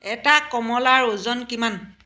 এটা কমলাৰ ওজন কিমান